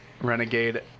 renegade